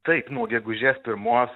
taip nuo gegužės pirmos